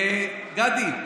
גדי,